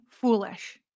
foolish